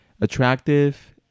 attractive